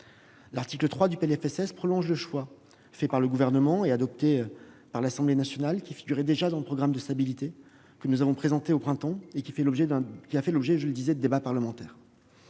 L'article 3 du présent PLFSS prolonge le choix fait par le Gouvernement et adopté par l'Assemblée nationale, choix qui figurait déjà dans le programme de stabilité que nous avons présenté au printemps et qui a déjà fait l'objet de débats parlementaires.